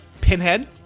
Pinhead